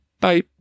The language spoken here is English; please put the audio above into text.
Bye